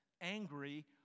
angry